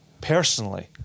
personally